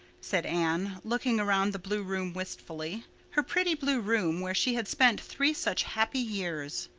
said anne, looking around the blue room wistfully her pretty blue room where she had spent three such happy years.